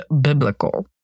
biblical